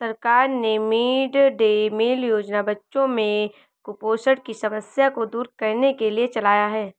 सरकार ने mid day meal योजना बच्चों में कुपोषण की समस्या को दूर करने के लिए चलाया है